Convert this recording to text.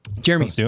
Jeremy